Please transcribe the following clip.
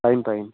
পাৰিম পাৰিম